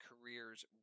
career's